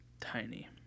Tiny